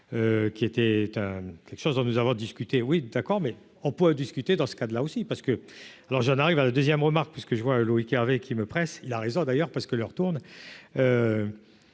qui était quelque chose dont nous avons discuté, oui d'accord mais on pourra discuter dans ce cas de là aussi parce que, alors j'en arrive à la 2ème remarque parce que je vois, Loïc Hervé qui me presse il a raison d'ailleurs parce que leur tourne